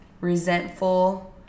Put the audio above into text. resentful